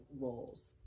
roles